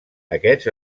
aquests